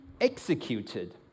executed